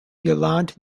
yolande